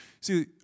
See